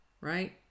right